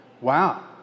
Wow